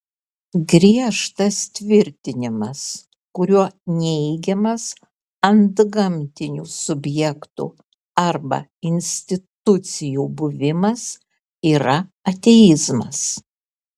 griežtas tvirtinimas kuriuo neigiamas antgamtinių subjektų arba institucijų buvimas yra ateizmas